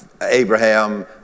Abraham